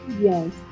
yes